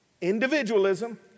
individualism